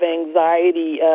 anxiety